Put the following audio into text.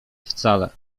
wcale